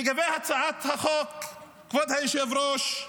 לגבי הצעת החוק, כבוד היושב-ראש,